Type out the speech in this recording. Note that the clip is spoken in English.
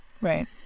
Right